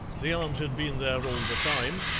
the aunt had been there all the time,